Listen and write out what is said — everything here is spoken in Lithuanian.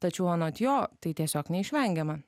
tačiau anot jo tai tiesiog neišvengiama